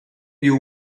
più